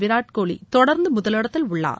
விராட்கோலி தொடர்ந்து முதலிடத்தில் உள்ளார்